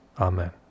Amen